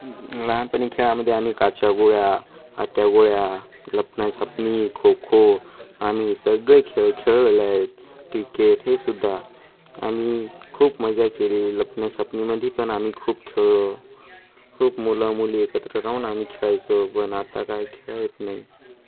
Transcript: लहानपणी खेळामध्ये आम्ही काच्या गोळ्या आट्या गोळ्या लपना छापणी खो खो आम्ही सगळे खेळ खेळलेलो आहेत क्रिकेट हे सुद्धा आम्ही खूप मजा केली लपना छपणीमधी पण आम्ही खूप खेळलो खूप मुलं मुली एकत्र राहून आम्ही खेळायचो पण आता काय खेळत नाही